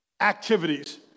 activities